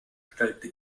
stellte